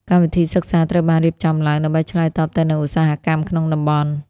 កម្មវិធីសិក្សាត្រូវបានរៀបចំឡើងដើម្បីឆ្លើយតបទៅនឹងឧស្សាហកម្មក្នុងតំបន់។